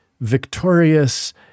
victorious